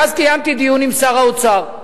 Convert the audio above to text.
ואז קיימתי דיון עם שר האוצר,